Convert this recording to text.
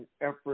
effort